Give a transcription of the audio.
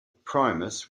primus